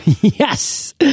Yes